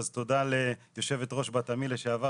אז תודה ליושבת ראש בת עמי לשעבר,